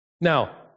Now